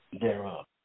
thereof